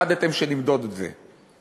פחדתם שנמדוד את זה.